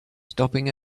stopping